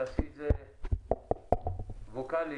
אני